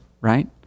right